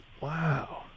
Wow